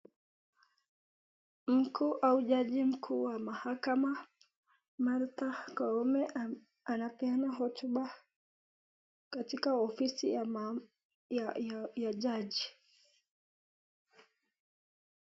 Mkuu au jaji mkuu wa mahakama Martha Koome anapeana hotuba katika ofisi ya judge .